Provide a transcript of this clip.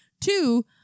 Two